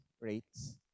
rates